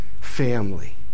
family